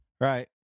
Right